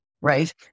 right